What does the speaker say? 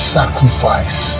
sacrifice